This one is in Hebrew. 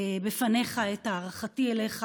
בפניך את הערכתי אליך.